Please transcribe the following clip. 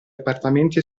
appartamenti